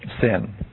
sin